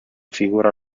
figura